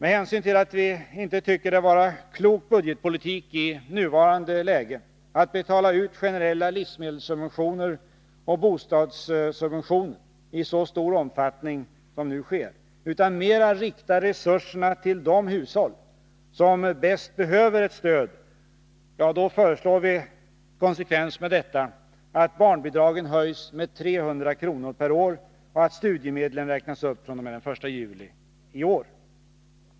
I konsekvens med att vi inte anser det vara klok budgetpolitik i nuvarande läge att betala ut generella livsmedelssubventioner och bostadssubventioner i så stor omfattning som nu sker, utan att man i stället skall rikta resurserna mer till de hushåll som bäst behöver ett stöd, så föreslår vi att barnbidragen höjs med 300 kr. per år och att studiemedlen räknas upp fr.o.m. den 1 juli i år.